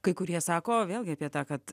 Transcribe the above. kai kurie sako vėlgi apie tą kad